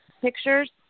pictures